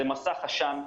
זה מסך עשן.